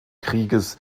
krieges